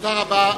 תודה רבה.